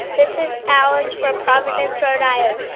this is alex from providence, r and i. ah yeah